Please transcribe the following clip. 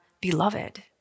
beloved